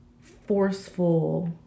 forceful